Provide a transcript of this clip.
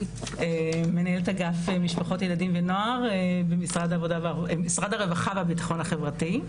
מנהלת אגף משפחות לילדים ונוער במשרד הרווחה והביטחון החברתי.